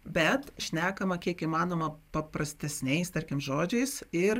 bet šnekama kiek įmanoma paprastesniais tarkim žodžiais ir